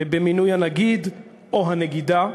במינוי הנגיד או הנגידה,